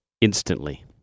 instantly